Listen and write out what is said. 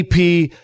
AP